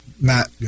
Matt